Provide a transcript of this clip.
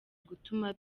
gutuma